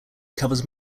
covers